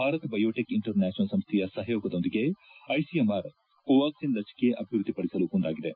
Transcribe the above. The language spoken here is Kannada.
ಭಾರತ್ ಭಯೋಟೆಕ್ ಇಂಟರ್ನ್ಯಾಷನಲ್ ಸಂಸ್ದೆಯ ಸಹಯೋಗದೊಂದಿಗೆ ಐಸಿಎಂಆರ್ ಕೋ ವಾಕ್ಸಿನ್ ಲಸಿಕೆ ಅಭಿವೃದ್ದಿ ಪಡಿಸಲು ಮುಂದಾಗಿದೆ